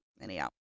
Anyhow